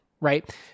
right